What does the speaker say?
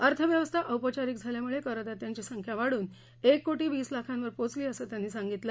अर्थव्यवस्था औपचारिक झाल्यामुळे करदात्यांची संख्या वादून एक कोटी वीस लाखांवर पोहोचली असं त्यांनी सांगितलं